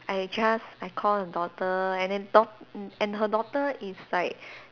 I just I call the daughter and then daug~ and her daughter is like